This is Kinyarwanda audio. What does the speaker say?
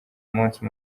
umunsi